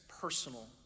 personal